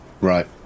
Right